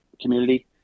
community